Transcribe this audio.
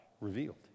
revealed